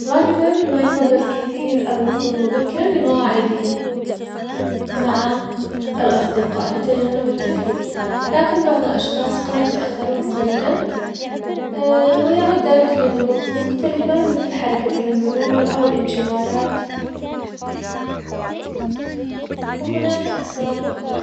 غالباً ما يفضل الكثير الوصول مبكراً لمواعيدهم, مع الأصدقاء لتجنب التأخير, لكن بعض الأشخاص قد يتأخرون قليلاً, ويعود ذلك لظروف مختلفة, مثل حركة المرور, أو الإنشغالات, وهناك أسباب أخرى.